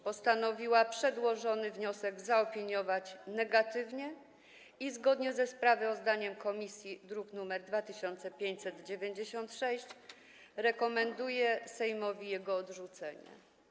postanowiła przedłożony wniosek zaopiniować negatywnie i zgodnie ze sprawozdaniem komisji zawartym w druku nr 2596 rekomenduje Sejmowi jego odrzucenie.